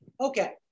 Okay